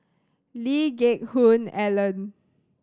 Lee Geck Hoon Ellen